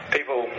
People